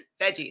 Veggies